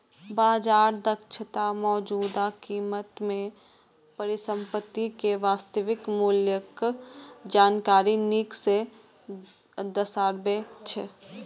बाजार दक्षता मौजूदा कीमत मे परिसंपत्ति के वास्तविक मूल्यक जानकारी नीक सं दर्शाबै छै